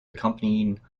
accompanying